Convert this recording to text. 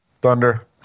Thunder